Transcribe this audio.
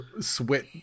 sweat